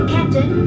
Captain